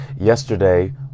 yesterday